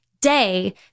day